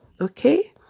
okay